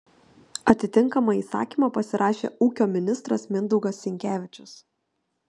atitinkamą įsakymą pasirašė ūkio ministras mindaugas sinkevičius